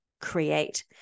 create